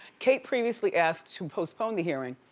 kate previously asked to postpone the hearing,